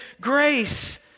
grace